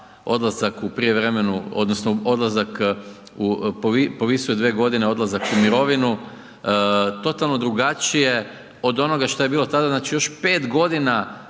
odlazak u prijevremenu, odnosno odlazak, povisuje 2 godine odlazak u mirovinu, totalno drugačije od onoga što je bilo tada, znači još 5 godina